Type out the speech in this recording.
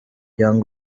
young